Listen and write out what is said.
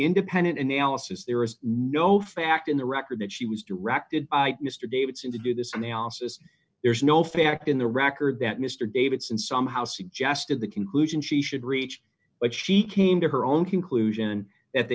independent analysis there is no fact in the record that she was directed by mr davidson to do this analysis there is no fact in the record that mr davidson somehow suggested the conclusion she should reach but she came to her own conclusion